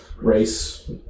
race